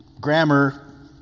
grammar